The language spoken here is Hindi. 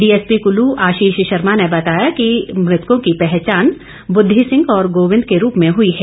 डीएसपी कुल्लू आशीष शर्मा ने बताया कि मृतकों की पहचान बुद्धि सिंह और गोविंद के रूप में हुई है